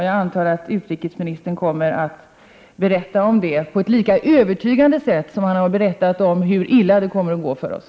Jag antar att utrikesministern kommer att berätta om det på ett lika dubbelt sätt som han har berättat om hur illa det kommer att gå för oss.